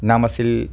নাম আছিল